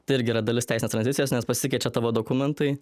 tai irgi yra dalis teisinės tranzicijos nes pasikeičia tavo dokumentai